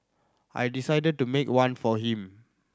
I decided to make one for him